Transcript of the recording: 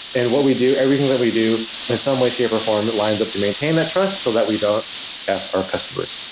and what we do, everything everything that we do in some way, shape or form lines up to maintain that trust so that we don't f our customers.